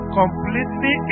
completely